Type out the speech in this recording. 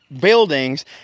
buildings